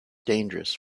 dangerous